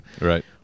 Right